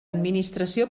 administració